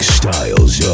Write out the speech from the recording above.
styles